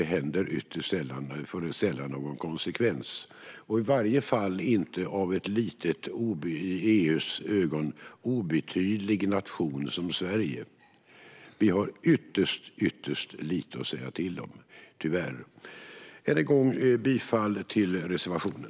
Det händer ytterst sällan att det får någon konsekvens, i varje fall inte när det kommer från en liten och i EU:s ögon obetydlig nation som Sverige. Vi har tyvärr ytterst lite att säga till om. Jag vill än en gång yrka bifall till reservationen.